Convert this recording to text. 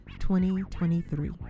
2023